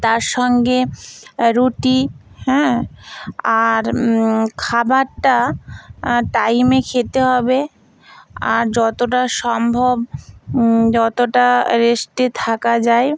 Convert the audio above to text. তার সঙ্গে রুটি হ্যাঁ আর খাবারটা টাইমে খেতে হবে আর যতটা সম্ভব যতটা রেস্টে থাকা যায়